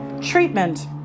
treatment